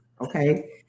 Okay